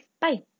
Bye